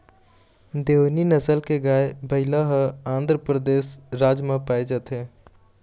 देओनी नसल के गाय, बइला ह आंध्रपरदेस राज म पाए जाथे